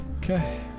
Okay